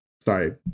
sorry